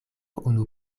unu